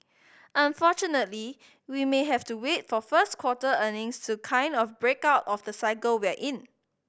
unfortunately we may have to wait for first quarter earnings to kind of break out of the cycle we're in